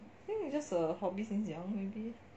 think it's just a hobby since young maybe